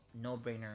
No-brainer